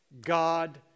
God